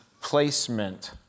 placement